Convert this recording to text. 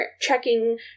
checking